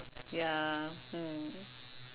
ya mm